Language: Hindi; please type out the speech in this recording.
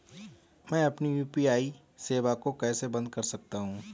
मैं अपनी यू.पी.आई सेवा को कैसे बंद कर सकता हूँ?